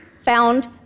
found